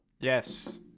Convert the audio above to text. Yes